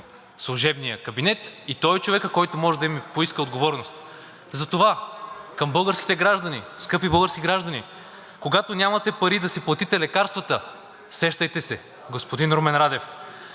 служебния кабинет и той е човекът, който може да им поиска отговорност. Затова към българските граждани: скъпи български граждани, когато нямате пари да си платите лекарствата, сещайте се – господин Румен Радев!